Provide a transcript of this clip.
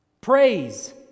praise